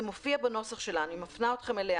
מופיע בנוסח שלה אני מפנה אתכם לנוסח שלה,